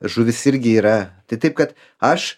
žuvis irgi yra tai taip kad aš